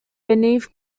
beneath